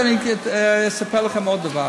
אני אספר לכם עוד דבר.